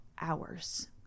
hours